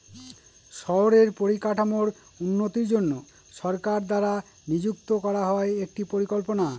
শহরের পরিকাঠামোর উন্নতির জন্য সরকার দ্বারা নিযুক্ত করা হয় একটি পরিকল্পনা